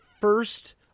first